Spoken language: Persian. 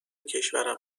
کشورم